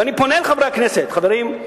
אני פונה אל חברי הכנסת: חברים,